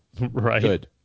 Right